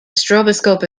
stroboscope